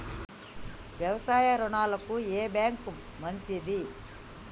వ్యవసాయ రుణాలకు ఏ బ్యాంక్ మంచిది?